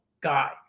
guy